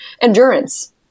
Endurance